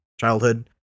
childhood